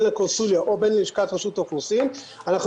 בין לקונסוליה או בין ללשכת רשות האוכלוסין אנחנו